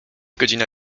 godzina